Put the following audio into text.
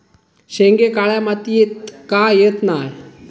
शेंगे काळ्या मातीयेत का येत नाय?